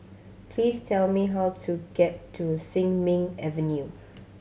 please tell me how to get to Sin Ming Avenue